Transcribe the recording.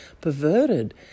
perverted